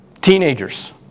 Teenagers